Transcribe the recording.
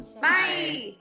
Bye